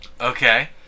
Okay